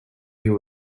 you